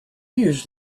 years